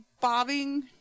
bobbing